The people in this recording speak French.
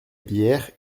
bière